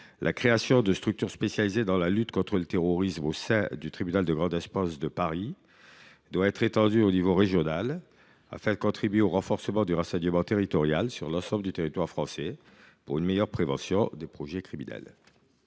La création de structures spécialisées dans la lutte contre le terrorisme au sein du tribunal de grande instance de Paris doit être étendue au niveau régional afin de contribuer au renforcement du renseignement territorial sur l’ensemble du territoire français, pour une meilleure prévention des projets criminels.